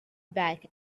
back